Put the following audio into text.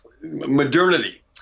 modernity